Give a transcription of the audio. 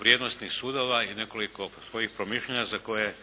vrijednosnih sudova i nekoliko svojih promišljanja za koje